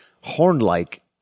horn-like